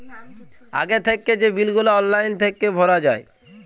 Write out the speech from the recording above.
আগে থ্যাইকে যে বিল গুলা অললাইল থ্যাইকে ভরা যায়